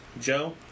Joe